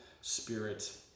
spirit